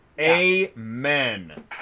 Amen